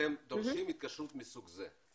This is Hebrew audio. כשאתם דורשים התקשרות מסוג זה,